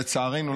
לצערנו,